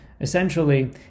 Essentially